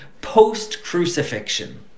post-crucifixion